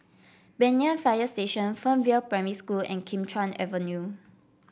Banyan Fire Station Fernvale Primary School and Kim Chuan Avenue